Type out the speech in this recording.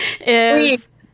is-